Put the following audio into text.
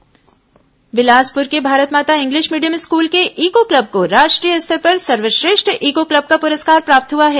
Bilaspur school पुरस्कार बिलासपुर के Bharat Mata English medium school के ईको क्लब को राष्ट्रीय स्तर पर सर्वश्रेष्ठ ईको क्लब का पुरस्कार प्राप्त हुआ है